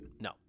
no